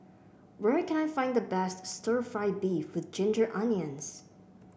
where can I find the best stir fry beef with Ginger Onions